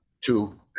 two